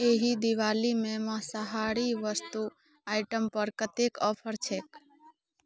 एहि दिवालीमे माँसाहारी वस्तु आइटमपर कतेक ऑफर छै